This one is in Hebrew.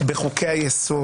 מהתראת בטלות אפשר